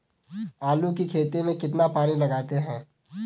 आलू की खेती में कितना पानी लगाते हैं?